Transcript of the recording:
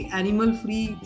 animal-free